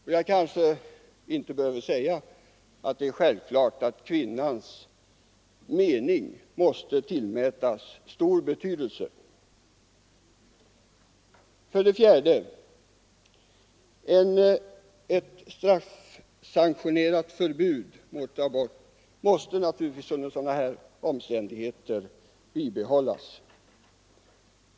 Och jag kanske inte behöver säga att det är självklart att kvinnans mening måste tillmätas stor betydelse. 4. Ett straffsanktionerat förbud mot abort måste naturligtvis under sådana här omständigheter bibehållas.